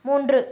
மூன்று